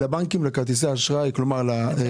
לבנקים לכרטיסי האשראי, כלומר לחברות האשראי.